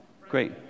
Great